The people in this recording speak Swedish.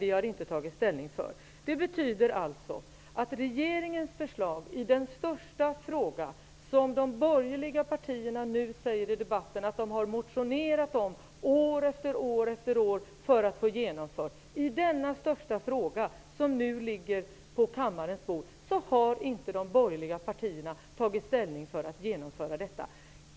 Det betyder att de borgerliga partierna inte har tagit ställning för att genomföra regeringens förslag i den största fråga som de borgerliga partierna har motionerat om år efter år enligt vad de säger nu i debatten.